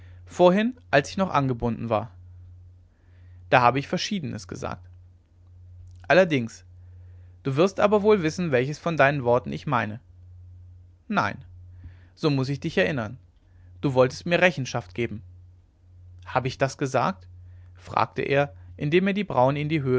vorhin als ich noch angebunden war da habe ich verschiedenes gesagt allerdings du wirst aber wohl wissen welches von deinen worten ich meine nein so muß ich dich erinnern du wolltest mir rechenschaft geben habe ich das gesagt fragte er indem er die brauen in die